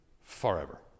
forever